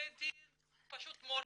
שבית דין פשוט מורה.